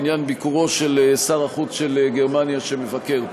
בעניין ביקורו של שר החוץ של גרמניה שמבקר פה.